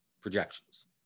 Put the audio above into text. projections